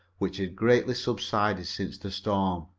which had greatly subsided since the storm,